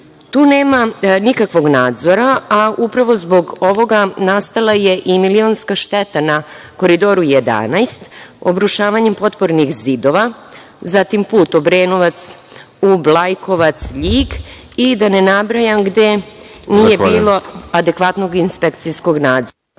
nema nikakvog nadzora, a upravo zbog ovoga nastala je i milionska šteta na Koridoru 11, obrušavanjem potpornih zidova, zatim, put Obrenovac, Ub, Lajkovac, Ljig i da ne nabrajam gde nije bilo adekvatnog inspekcijskog nadzora.